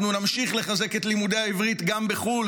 אנחנו נמשיך לחזק את לימודי העברית גם בחו"ל,